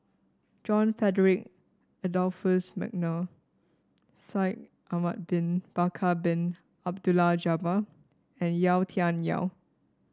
John Frederick Adolphus McNair Shaikh Ahmad Bin Bakar Bin Abdullah Jabbar and Yau Tian Yau